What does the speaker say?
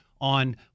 on